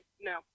no